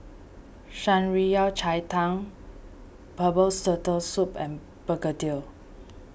Shan Rui Yao Cai Tang Herbal Turtle Soup and Begedil